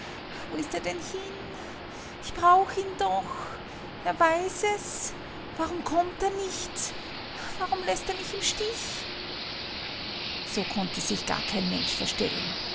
wo ist er denn hin ich brauch ihn doch er weiß es warum kommt er nicht warum läßt er mich im stich so konnte sich gar kein mensch verstellen